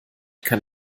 kann